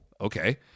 okay